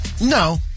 No